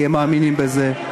כי הם מאמינים בזה.